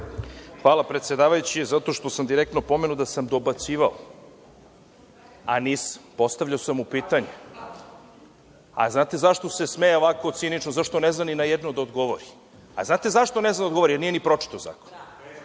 Hvala predsedavajući. Replika zato što sam direktno pomenut da sam dobacivao, a nisam, postavljao sam mu pitanje. A znate zašto se smeje ovako cinično? Zato što ne zna ni na jedno da odgovori. A znate zašto ne zna da odgovori? Jer, nije ni pročitao zakon.